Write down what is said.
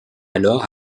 alors